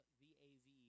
v-a-v